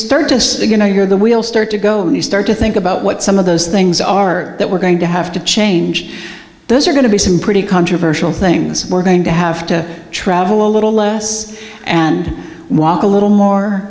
start to signal your the wheel start to go and you start to think about what some of those things are that we're going to have to change those are going to be some pretty controversial things we're going to have to travel a little less and walk a little more